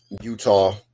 Utah